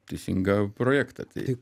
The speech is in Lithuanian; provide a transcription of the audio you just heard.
teisinga projektą tai